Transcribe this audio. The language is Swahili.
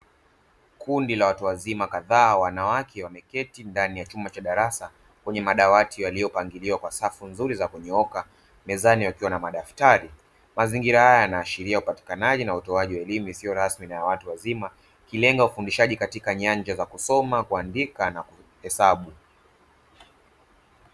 Kundi kubwa la watu wazima kadhaa wanawake wameketi ndani ya chumba cha darasa kwenye madawati yaliyopangiliwa kwa safu nzuri za kunyooka mezani wakiwa na madaftari. Mazingira haya yanaashiria upatikanaji na utoaji wa elimu ya watu wazima, ikilenga ufundishaji katika nyanja za kusoma, kuandika na kuhesabu.